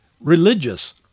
religious